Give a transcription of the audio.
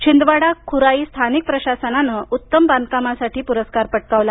छिंदवाडा खुराई स्थानिक प्रशासनानं उत्तम बांधकामाचा पुरस्कार पटकावला